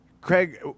Craig